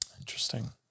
Interesting